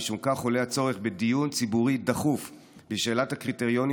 משום כך עולה צורך בדיון ציבורי דחוף בשאלת הקריטריונים